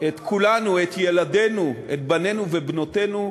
את כולנו, את ילדינו, את בנינו ובנותינו,